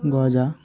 গজা